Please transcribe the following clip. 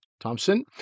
Thompson